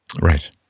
Right